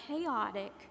chaotic